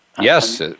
Yes